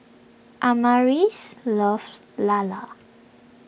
Amaris loves Lala